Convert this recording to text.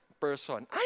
person